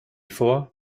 vor